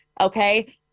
okay